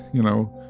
you know,